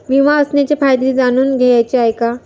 विमा असण्याचे फायदे जाणून घ्यायचे आहे